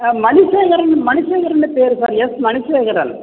மணிசேகரன் மணிசேகரன்னு பேர் sir S Manisekaran